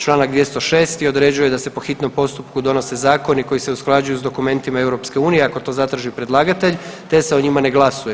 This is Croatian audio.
Članak 206. određuje da se po hitnom postupku donose zakoni koji se usklađuju sa dokumentima EU ako to zatraži predlagatelj, te se o njima ne glasuje.